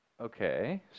Okay